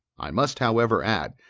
i must however, add,